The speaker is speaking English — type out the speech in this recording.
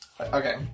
Okay